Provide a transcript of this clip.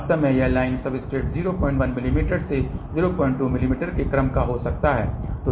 वास्तव में यह लाइन सब्सट्रेट 01 मिमी से 02 मिमी के क्रम का हो सकता है